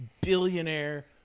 billionaire